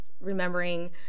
remembering